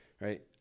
right